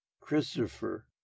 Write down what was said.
Christopher